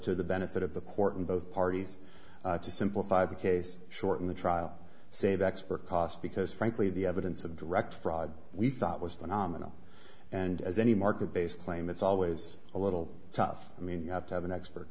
to the benefit of the court and both parties to simplify the case shorten the trial say that's for cost because frankly the evidence of direct fraud we thought was phenomenal and as any market based claim that's always a little tough i mean you have to have an expert